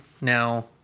Now